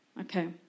Okay